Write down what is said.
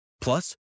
Plus